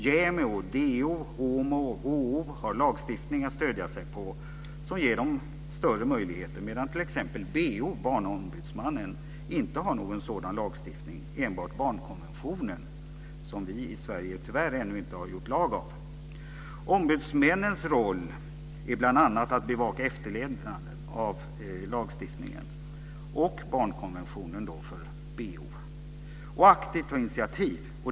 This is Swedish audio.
JämO, DO, HomO och HO har lagstiftning att stödja sig på som ger dem större möjligheter, medan t.ex. BO, Barnombudsmannen, inte har någon sådan lagstiftning utan enbart barnkonventionen, som vi i Sverige tyvärr ännu inte har gjort till lag. Ombudsmännens roll är bl.a. att bevaka efterlevnaden av lagstiftningen, och barnkonventionen för BO:s del, och att aktivt ta initiativ.